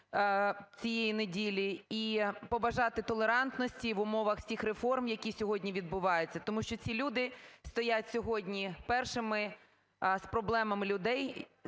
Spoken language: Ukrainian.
Дякую,